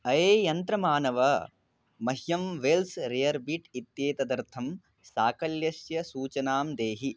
अये यन्त्रमानव मह्यं वेल्स् रेयर् बीट् इत्येतदर्थं शाकल्यस्य सूचनां देहि